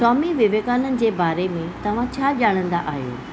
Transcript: स्वामी विवेकानंद जे बारे में तव्हां छा ॼाणंदा आहियो